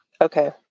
Okay